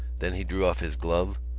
then he drew off his glove,